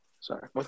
Sorry